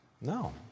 No